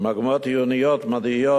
במגמות עיונית מדעיות,